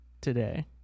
today